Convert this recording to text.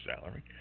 salary